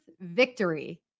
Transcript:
victory